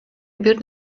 бир